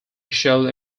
showed